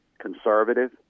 conservative